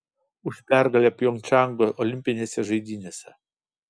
už pergalę pjongčango olimpinėse žaidynėse